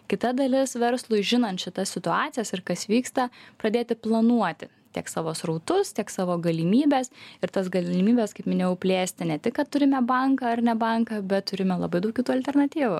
kita dalis verslui žinan šitas situacijas ir kas vyksta pradėti planuoti tiek savo srautus tiek savo galimybes ir tas galimybes kaip minėjau plėsti ne tik kad turime banką ar ne banką bet turime labai daug kitų alternatyvų